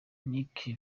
nick